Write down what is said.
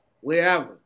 Wherever